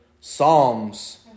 psalms